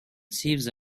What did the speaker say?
thieves